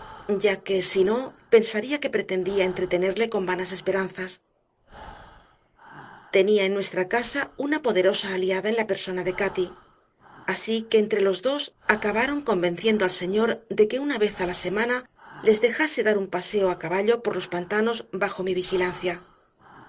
ya que si no pensaría que pretendía entretenerle con vanas esperanzas tenía en nuestra casa una poderosa aliada en la persona de cati así que entre los dos acabaron convenciendo al señor de que una vez a la semana les dejase dar un paseo a caballo por los pantanos bajo mi vigilancia